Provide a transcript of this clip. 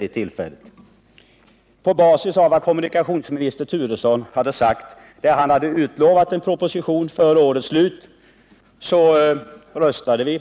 Efter att ha lyssnat till dåvarande kommunikationsminister Turesson, vilken utlovade en proposition före årets slut, så röstade vi.